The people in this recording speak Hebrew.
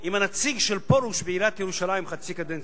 עם הנציג של פרוש בעיריית ירושלים: חצי קדנציה,